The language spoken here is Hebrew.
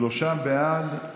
שלושה בעד,